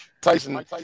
Tyson